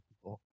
people